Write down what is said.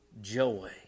joy